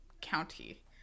county